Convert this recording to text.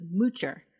moocher